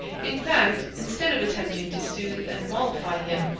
in fact, instead of attempting to soothe and mollify him,